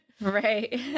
right